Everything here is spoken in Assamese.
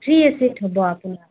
থ্ৰী এচিত হ'ব আপোনাৰ